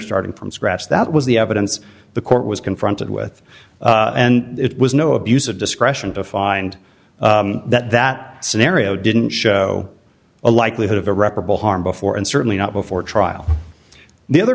starting from scratch that was the evidence the court was confronted with and it was no no abuse of discretion to find that that scenario didn't show a likelihood of irreparable harm before and certainly not before trial the other